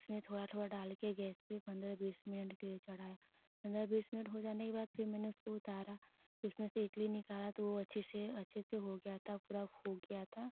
उसमें थोड़ा थोड़ा डाल के गैस पर पंद्रह बीस मिनट के लिए चढ़ाया पंद्रह बीस मिनट हो जाने के बाद फिर मैने उसको उतारा उसमें से इडली निकाला तो वो अच्छे से अच्छे से हो गया था पूरा फूल गया था